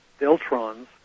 deltrons